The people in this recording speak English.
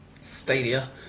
stadia